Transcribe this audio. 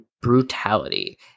brutality